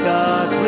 God